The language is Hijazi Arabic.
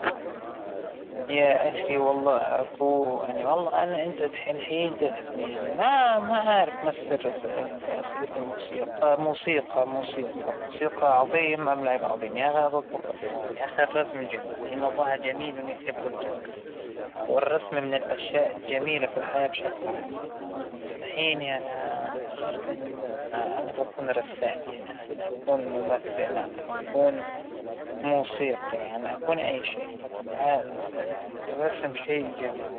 ما بحب الرسم لكنى موهوبة فيه كيف ما بدى يانى، لانى مرة رسمى حلو بجد حلو، لكن أعتقد أن هاى الموهبة لكن ما بحب الرسم، وكذلك ما بفهم بالموسيقى، فاتر راح أختارالرسم بما إنى شاطرة فيه إلى حد ما بكون رسامة مشهورة.